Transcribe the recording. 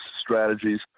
strategies